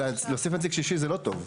להוסיף נציג שישי זה לא טוב.